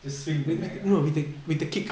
just swing the neck ah